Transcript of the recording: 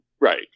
Right